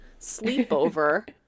Sleepover